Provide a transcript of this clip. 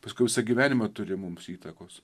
paskiau visą gyvenimą turi mums įtakos